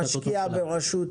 כשאתה משקיע ברשות,